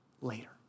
later